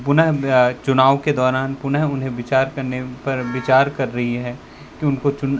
पुनः चुनाव के दौरान पुनः उन्हें विचार करने पर विचार कर रही है कि उनको चुन